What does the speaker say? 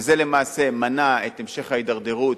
וזה למעשה מנע את המשך ההידרדרות,